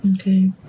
Okay